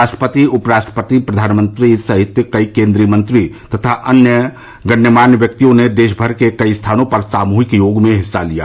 राष्ट्रपति उपराष्ट्रपति प्रधानमंत्री कई केन्द्रीय मंत्री तथा अन्य गणमान्य व्यक्तियों ने देशभर के कई स्थानों पर सामूहिक योग में हिस्सा लिया